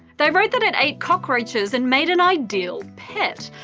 they wrote that it ate cockroaches and made an ideal pet.